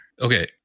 Okay